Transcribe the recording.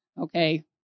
Okay